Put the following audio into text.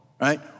right